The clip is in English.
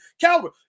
caliber